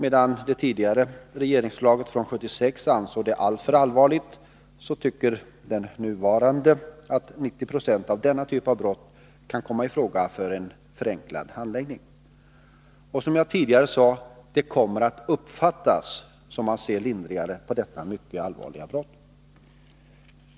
Enligt regeringsförslaget av år 1976 ansågs brottet alltför allvarligt, men den nuvarande regeringen tycker att 90 26 av denna typ av brott kan komma i fråga för en förenklad handläggning. Som jag tidigare har framhållit kommer detta att uppfattas så, att man nu ser mindre strängt på detta mycket allvarliga brott.